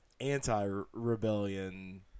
anti-rebellion